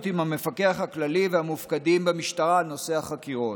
עם המפקח הכללי והמופקדים במשטרה על נושאי החקירות".